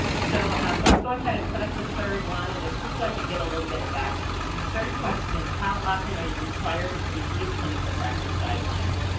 so let's go ahead and put up the third one and it's just so i can get a little bit of background. and the third question is, how often are you required to review clinical practice guidelines?